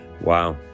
Wow